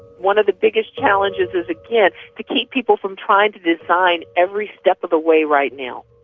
one of the biggest challenges is, again, to keep people from trying to design every step of the way right now,